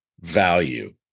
value